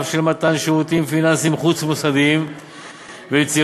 של מתן שירותים פיננסיים חוץ-מוסדיים וליצירת,